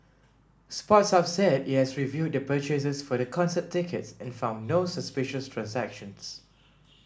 sports Hub said it has reviewed the purchases for the concert tickets and found no suspicious transactions